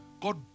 God